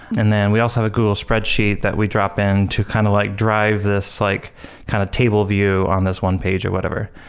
and then we also have a google spreadsheet that we drop in to kind of like drive this like kind of table view on this one page or whatever.